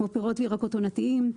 כמו פירות וירקות עונתיים,